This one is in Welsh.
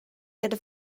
gyda